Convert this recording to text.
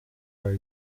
per